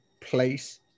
place